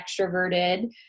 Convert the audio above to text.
extroverted